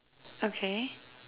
okay